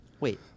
Wait